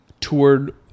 toured